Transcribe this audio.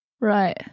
Right